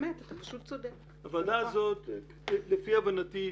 לפי הבנתי,